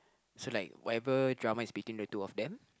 so like whatever drama is between the two of them